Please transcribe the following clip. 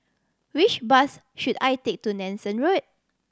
which bus should I take to Nanson Road